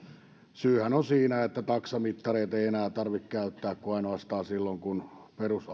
syyhän on siinä että taksamittareita ei enää tarvitse käyttää kuin ainoastaan silloin kun